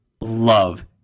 love